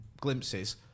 glimpses